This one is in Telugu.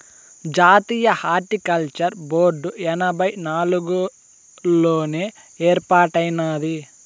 జాతీయ హార్టికల్చర్ బోర్డు ఎనభై నాలుగుల్లోనే ఏర్పాటైనాది